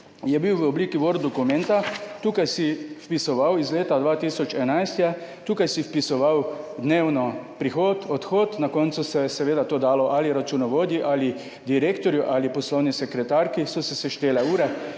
je bil v obliki Word dokumenta. Tukaj si vpisoval, iz leta 2011, je tukaj si vpisoval dnevno prihod odhod, na koncu se je seveda to dalo ali računovodji ali direktorju ali poslovni sekretarki, so se seštele ure,